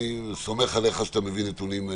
ואני סומך עליך שאתה מביא נתונים.